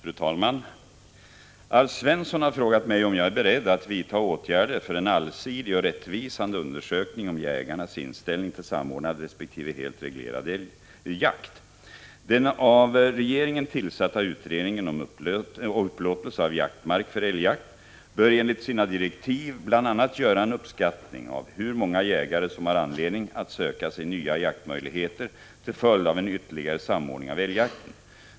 Fru talman! Alf Svensson har frågat mig om jag är beredd att vidta åtgärder för en allsidig och rättvisande undersökning om jägarnas inställning till samordnad resp. helt reglerad jakt. Den av regeringen tillsatta utredningen om upplåtelse av jaktmark för älgjakt bör enligt sina direktiv bl.a. göra en uppskattning av hur många jägare som har anledning att söka sig nya jaktmöjligheter till följd av en ytterligare samordning av älgjakten.